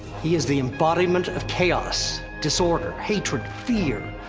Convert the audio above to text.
he is the embodiment of chaos, disorder, hatred, fear.